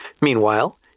Meanwhile